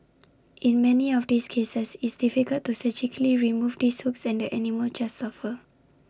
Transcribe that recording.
in many of these cases it's difficult to surgically remove these hooks and the animals just suffer